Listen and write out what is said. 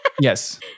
Yes